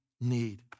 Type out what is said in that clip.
need